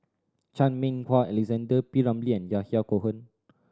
Chan Meng Wah Alexander P Ramlee and Yahya Cohen